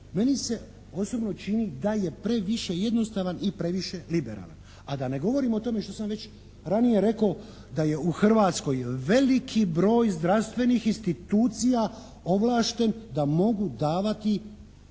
meni se osobno čini da je previše jednostavan i previše liberalan. A da ne govorim o tome što sam već ranije rekao da je u Hrvatskoj veliki broj zdravstvenih institucija ovlašten da mogu davati